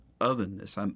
otherness